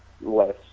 less